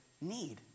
need